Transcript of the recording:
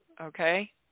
Okay